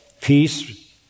Peace